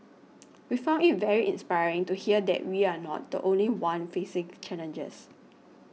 we found it very inspiring to hear that we are not the only one facing challenges